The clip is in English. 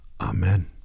Amen